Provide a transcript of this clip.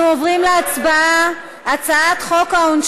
אתה לא צריך לגדר אותנו עם הפלסטינים,